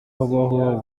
habaho